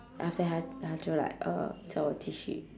after 她她就 like uh 叫我继续